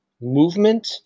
movement